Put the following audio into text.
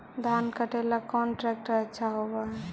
धान कटे ला कौन ट्रैक्टर अच्छा होबा है?